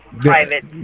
private